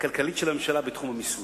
הכלכלית של הממשלה בתחום המיסוי.